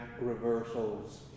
reversals